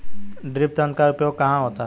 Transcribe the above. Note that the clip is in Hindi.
ड्रिप तंत्र का उपयोग कहाँ होता है?